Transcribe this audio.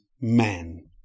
man